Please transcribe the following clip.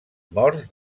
morts